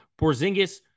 Porzingis